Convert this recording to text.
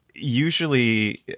Usually